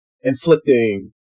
inflicting